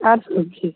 आठ सौ की